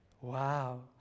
Wow